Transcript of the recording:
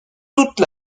toute